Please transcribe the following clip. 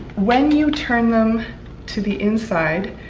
when you turn them to the inside,